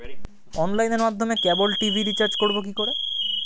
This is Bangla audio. অনলাইনের মাধ্যমে ক্যাবল টি.ভি রিচার্জ করব কি করে?